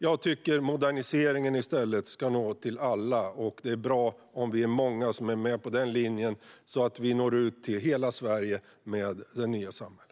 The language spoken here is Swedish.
Jag tycker att moderniseringen ska nå alla, och det är bra om vi är många som driver den linjen så att det nya samhället når ut till hela Sverige.